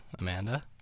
Amanda